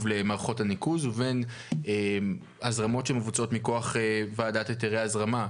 למערכות הניקוז ובין הזרמות שמבוצעות מכוח ועדת היתרי הזרמה,